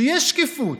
שיש שקיפות.